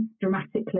dramatically